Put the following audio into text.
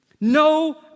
No